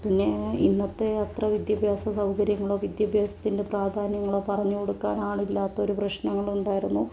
പിന്നെ ഇന്നത്തെ അത്ര വിദ്യാഭ്യാസ സൗകര്യങ്ങളോ വിദ്യാഭ്യാസത്തിൻ്റെ പ്രാധാന്യങ്ങളോ പറഞ്ഞു കൊടുക്കാൻ ആളില്ലാത്തൊരു പ്രശ്നങ്ങളും ഉണ്ടായിരുന്നു